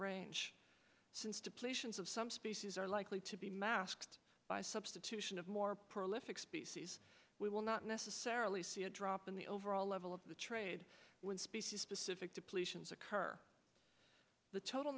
range since depletions of some species are likely to be masked by substitution of more prolific species we will not necessarily see a drop in the overall level of the trade when species specific depletions occur the total